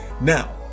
Now